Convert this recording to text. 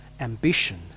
ambition